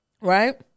right